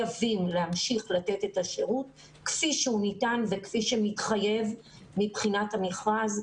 לתת את השירות כפי שהוא ניתן וכפי שמתחייב מבחינת המכרז,